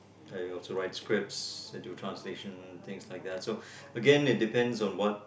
I also write scripts and do translation things like that so again it depends on what